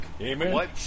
Amen